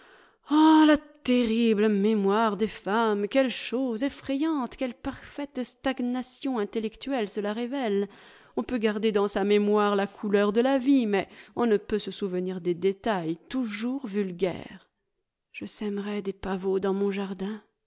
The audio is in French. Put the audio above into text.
la terrible mémoire des femmes quelle chose effrayante quelle parfaite stagnation intellectuelle cela révèle on peut garder dans sa mémoire la couleur de la vie mais on ne peut se souvenir des détails toujours vulgaires je sèmerai des pavots dans mon jardin